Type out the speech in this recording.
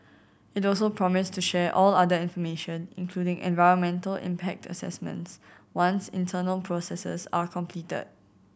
it also promised to share all other information including environmental impact assessments once internal processes are completed